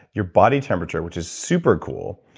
your body temperature, which is super cool,